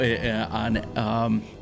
on